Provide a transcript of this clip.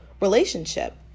relationship